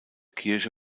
kirche